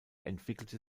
entwickelte